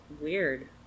Weird